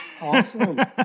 Awesome